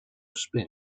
spin